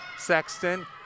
Sexton